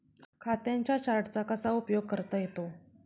खात्यांच्या चार्टचा कसा उपयोग करता येतो?